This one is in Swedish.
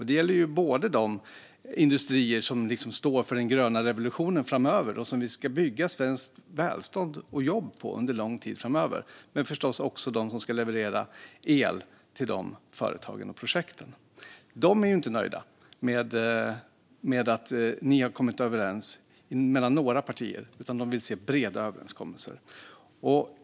Det gäller både de industrier som står för den gröna revolutionen framöver och som vi ska bygga svenskt välstånd och jobb på under lång tid och de industrier som ska leverera el till de företagen och projekten. De är inte nöjda med att ni har kommit överens mellan några partier, utan de vill se breda överenskommelser.